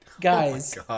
Guys